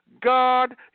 God